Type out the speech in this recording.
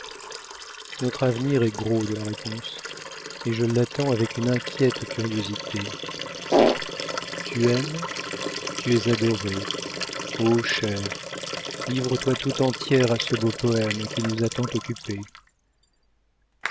notre avenir est gros de la réponse et je l'attends avec une inquiète curiosité tu aimes tu es adorée oh chère livre-toi tout entière à ce beau poème qui nous a tant occupées